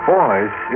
Boys